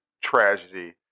tragedy